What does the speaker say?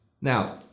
Now